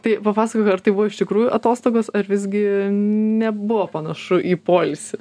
tai papasakok ar tai buvo iš tikrųjų atostogos ar visgi nebuvo panašu į poilsį